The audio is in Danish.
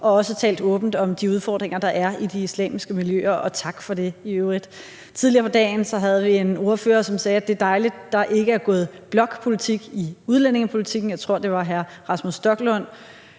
og også har talt åbent om de udfordringer, der er i de islamiske miljøer, og i øvrigt tak for det. Tidligere på dagen havde vi en ordfører, som sagde, at det er dejligt, at der ikke er gået blokpolitik i udlændingepolitikken; jeg tror, det var hr. Rasmus Stoklund.